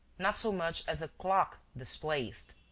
not so much as a clock displaced.